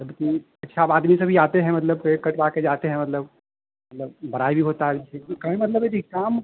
जबकि अच्छा अब आदमी सभी आते हैं मतलब पर कटवा कर जाते हैं मतलब मतलब बराई भी होता है अब इसी में कहने का मतलब है कि यह काम